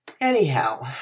Anyhow